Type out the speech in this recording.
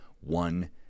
one